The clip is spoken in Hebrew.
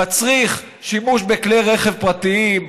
מצריך שימוש בכלי רכב פרטיים,